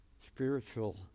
spiritual